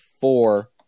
four